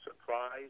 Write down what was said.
surprise